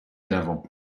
devil